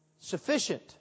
sufficient